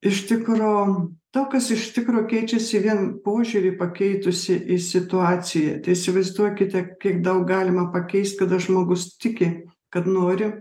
iš tikro to kas iš tikro keičiasi vien požiūrį pakeitusi į situaciją įsivaizduokite kiek daug galima pakeist kada žmogus tiki kad nori